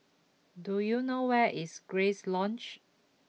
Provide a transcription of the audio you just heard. do you know where is Grace Lodge